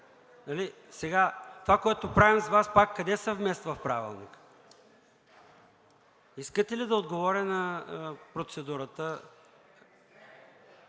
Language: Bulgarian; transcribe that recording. Това, което правим с Вас пак, къде се вмества в Правилника? Искате ли да отговоря на процедурата? Стана